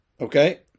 Okay